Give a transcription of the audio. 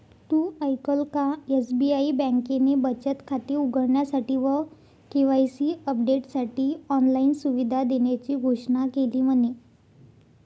तु ऐकल का? एस.बी.आई बँकेने बचत खाते उघडण्यासाठी व के.वाई.सी अपडेटसाठी ऑनलाइन सुविधा देण्याची घोषणा केली म्हने